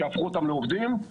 שהפכו אותם לעובדים.